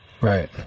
Right